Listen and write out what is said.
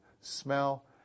smell